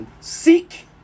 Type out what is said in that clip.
Seek